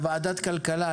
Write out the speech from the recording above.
בוועדת כלכלה,